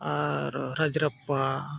ᱟᱨ ᱨᱟᱡᱽ ᱨᱟᱯᱯᱟ